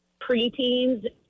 preteens